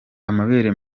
amabere